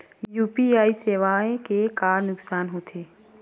UPI सेवाएं के का नुकसान हो थे?